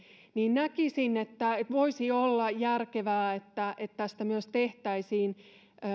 näkisin että voisi olla järkevää että että tästä tehtäisiin myös